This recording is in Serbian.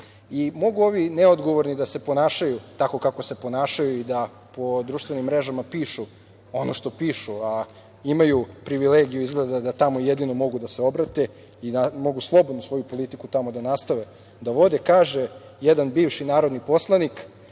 tome. Mogu ovi neodgovorni da se ponašaju tako kako se ponašaju i da po društvenim mrežama pišu ono što pišu, a imaju privilegiju, izgleda, da tamo jedino mogu da se obrate i da mogu slobodno svoju politiku tamo da nastave da vode. Kaže jedan bivši narodni poslanik,